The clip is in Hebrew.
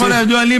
ככל הידוע לי,